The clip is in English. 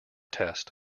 test